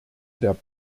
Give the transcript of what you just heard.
der